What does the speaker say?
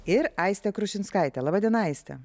ir aiste krušinskaite laba diena aiste